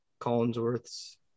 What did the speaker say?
Collinsworth's